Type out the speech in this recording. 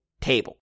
table